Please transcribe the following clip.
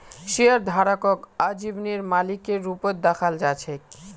शेयरधारकक आजीवनेर मालिकेर रूपत दखाल जा छेक